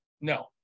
no